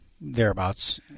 thereabouts